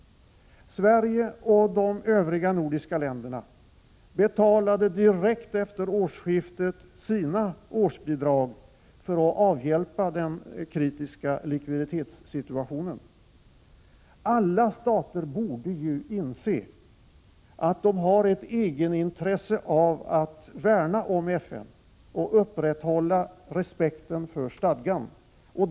Sverige och de övriga nordiska länderna betalade direkt efter årsskiftet sina årsbidrag för att avhjälpa den kritiska likviditetssituationen. Alla stater borde inse att de har ett egenintresse av att värna om FN och upprätthålla respekten för stadgan.